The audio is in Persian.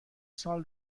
سال